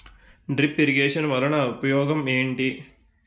drip irrigation వలన ఉపయోగం ఏంటి